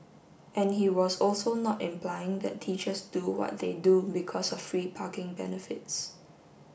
and he was also not implying that teachers do what they do because of free parking benefits